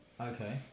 Okay